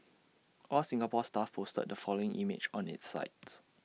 All Singapore Stuff posted the following image on its site